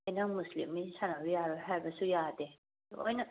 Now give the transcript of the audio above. ꯑꯦ ꯅꯪ ꯃꯨꯁꯂꯤꯝꯅꯤ ꯁꯥꯟꯅꯕ ꯌꯥꯔꯣꯏ ꯍꯥꯏꯕꯁꯨ ꯌꯥꯗꯦ ꯂꯣꯏꯅ